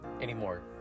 anymore